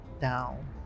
down